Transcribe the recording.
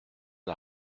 n’a